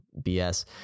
bs